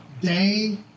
day